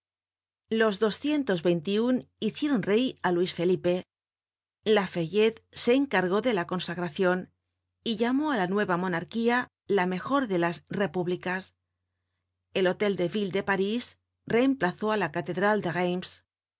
los hicieron rey á luis felipe laffayette se encargó de la consagracion y llamó á la nueva monarquía la mejor de las repúblicas el hotel de ville de parís reemplazó á la catedral de